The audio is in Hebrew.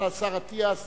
כבוד השר אטיאס